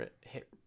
hit